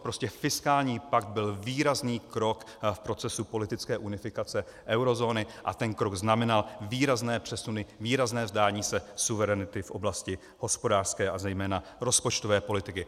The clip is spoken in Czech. Prostě fiskální pakt byl výrazný krok v procesu politické unifikace eurozóny a ten krok znamenal výrazné přesuny, výrazné vzdání se suverenity v oblasti hospodářské a zejména rozpočtové politiky.